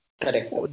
Correct